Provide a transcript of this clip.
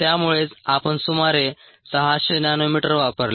त्यामुळेच आपण सुमारे 600 नॅनोमीटर वापरले